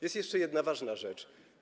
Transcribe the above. Jest jeszcze jedna ważna rzecz.